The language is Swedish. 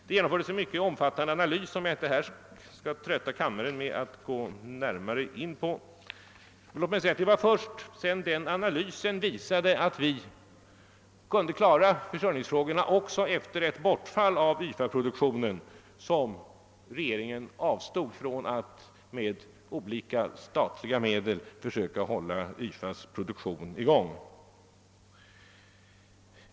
Det gjordes en mycket omfattande analys — jag skall inte trötta kammaren med att gå närmare in på den. Det var först sedan den analysen visat att vi kunde klara försörjningen också efter ett bortfall av YFA:s produktion som regeringen avstod från att med olika statliga medel försöka hålla YFA:s produktion i gång.